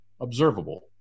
observable